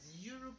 Europe